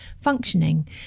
functioning